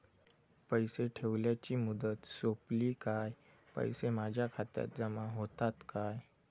पैसे ठेवल्याची मुदत सोपली काय पैसे माझ्या खात्यात जमा होतात काय?